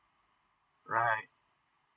alright